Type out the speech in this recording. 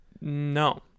No